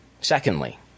Secondly